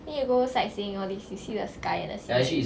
then you go sightseeing all this you see the sky the scenery